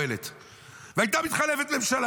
והייתה מתחלפת ממשלה,